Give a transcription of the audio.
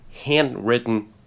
handwritten